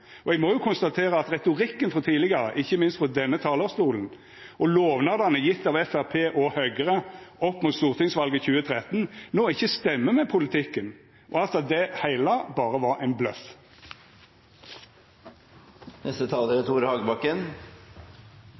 U-864. Eg må konstatera at retorikken frå tidlegare, ikkje minst frå denne talarstolen, og lovnadene gjevne av Framstegspartiet og Høgre opp mot stortingsvalet i 2013 no ikkje stemmer med politikken, og at det heile berre var ein bløff. På E6 i Oppland mellom Ringebu og Otta har 39 mennesker omkommet siden 1990. 110 er